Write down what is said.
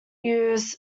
use